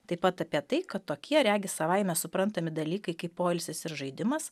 taip pat apie tai kad tokie regis savaime suprantami dalykai kaip poilsis ir žaidimas